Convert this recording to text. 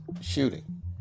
shooting